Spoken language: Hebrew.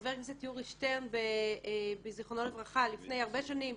חבר הכנסת יורי שטרן ז"ל לפני הרבה שנים,